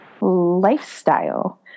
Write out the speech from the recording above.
lifestyle